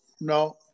no